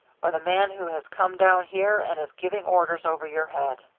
or the man who has come down here and is giving orders over your head?